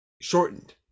shortened